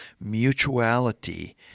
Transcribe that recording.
mutuality